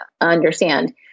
understand